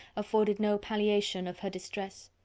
afforded no palliation of her distress.